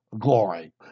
glory